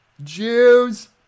Jews